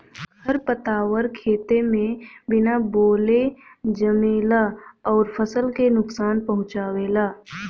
खरपतवार खेते में बिना बोअले जामेला अउर फसल के नुकसान पहुँचावेला